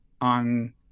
on